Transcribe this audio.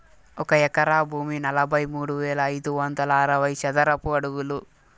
ఒక ఎకరా భూమి నలభై మూడు వేల ఐదు వందల అరవై చదరపు అడుగులు